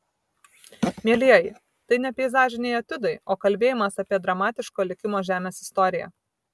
mielieji tai ne peizažiniai etiudai o kalbėjimas apie dramatiško likimo žemės istoriją